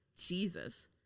Jesus